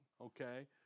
okay